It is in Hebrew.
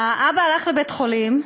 האבא הלך לבית-חולים,